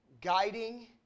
guiding